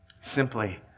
Simply